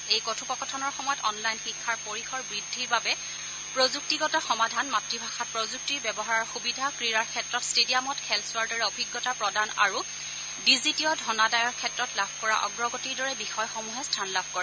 এই কথোপকথনৰ সময়ত অনলাইন শিক্ষাৰ পৰিসৰ বৃদ্ধিৰ বাবে প্ৰযুক্তিগত সমাধান মাতৃভাষাত প্ৰযুক্তিৰ ব্যৱহাৰৰ সুবিধা ক্ৰীড়াৰ ক্ষেত্ৰত ষ্টেডিয়ামত খেল চোৱাৰ দৰে অভিজ্ঞতা প্ৰদান আৰু ডিজিটীয় ধনাদায়ৰ ক্ষেত্ৰত লাভ কৰা অগ্ৰগতিৰ দৰে বিষয়সমূহে স্থান লাভ কৰে